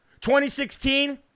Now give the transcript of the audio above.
2016